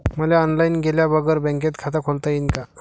मले ऑनलाईन गेल्या बगर बँकेत खात खोलता येईन का?